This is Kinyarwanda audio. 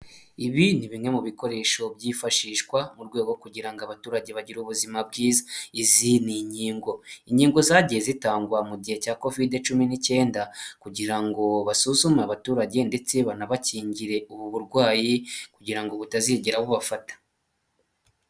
Ibi ni bimwe mu bikoresho byifashishwa mu rwego kugira ngo abaturage bagire ubuzima bwiza, izi ni nkingo, inkingo zagiye zitangwa mu gihe cya kovide cumi n'icyenda, kugira ngo basuzume abaturage ndetse banabakingire, ubu burwayi kugira ngo butazigera bubafata.